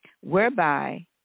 whereby